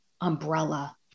umbrella